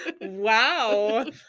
Wow